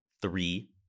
three